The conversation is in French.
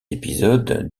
épisode